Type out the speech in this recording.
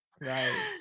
Right